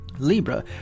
Libra